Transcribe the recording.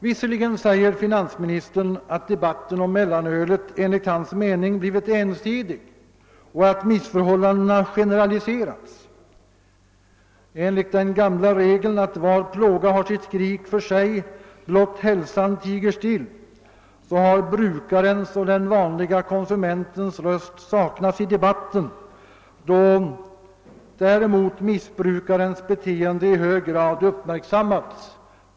Visserligen säger finansministern alt debatten om mellanölet enligt hans mening blivit ensidig och att missförhållandena generaliserats. Enligt den gamla regeln att var plåga har sitt skrik för sig, blott hälsan tiger still, så har brukarens och den vanliga konsumentens röst saknats i debatten, medan däremot misbrukarens beteende i hög grad uppmärksammats.